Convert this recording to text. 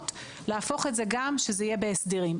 וצריך להפוך את זה שזה יהיה גם בהסדרים.